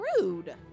Rude